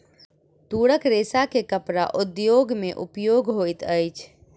तूरक रेशा के कपड़ा उद्योग में उपयोग होइत अछि